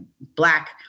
black